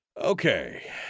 Okay